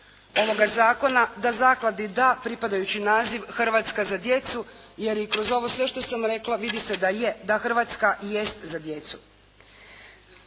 ovoga zakona da zakladi da pripadajući naziv "Hrvatska za djecu" jer i kroz ovo sve što sam rekla vidi da Hrvatska jest za djecu.